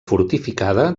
fortificada